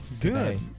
Good